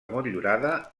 motllurada